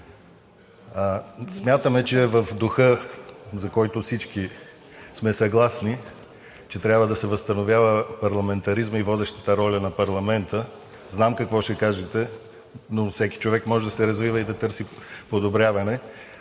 Смятаме, че е в духа, за който всички сме съгласни, че трябва да се възстановява парламентаризмът и водещата роля на парламента. Знам какво ще кажете, но всеки човек може да се развива и да търси подобряване.